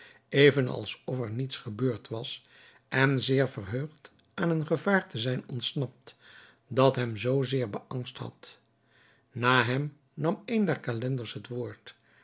even alsof er niets gebeurd was en zeer verheugd aan een gevaar te zijn ontsnapt dat hem zoo zeer beangst had na hem nam een der calenders het woord